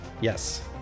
yes